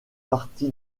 parti